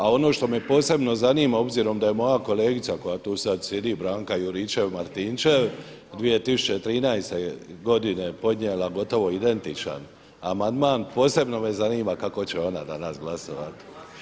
A ono što me posebno zanima obzirom da je moja kolegica koja tu sada sjedi Branka Juričev-Martinčev 2013. godine podnijela gotovo identičan amandman posebno me zanima kako će ona danas glasovati.